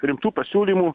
rimtų pasiūlymų